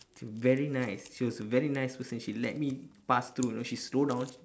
very nice she was a very nice person she let me pass through you know she slow down